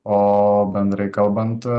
o bendrai kalbant